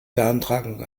beantragung